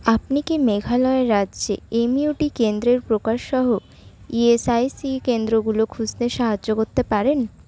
আপনি কি মেঘালয় রাজ্যে এমইউডি কেন্দ্রের প্রকার সহ ইএসআইসি কেন্দ্রগুলো খুঁজতে সাহায্য করতে পারেন